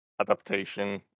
adaptation